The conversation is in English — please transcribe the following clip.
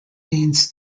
means